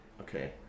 Okay